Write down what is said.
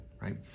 right